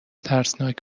ترسناک